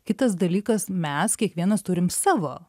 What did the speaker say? kitas dalykas mes kiekvienas turim savo